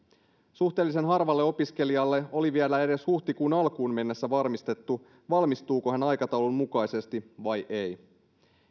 suhteellisen harvalle opiskelijalle oli vielä edes huhtikuun alkuun mennessä varmistettu valmistuuko hän aikataulun mukaisesti vai ei